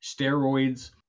steroids